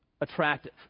attractive